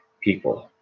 people